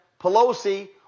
Pelosi